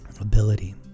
ability